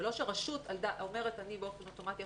זה לא שרשות אומרת שהיא באופן אוטומטי עכשיו,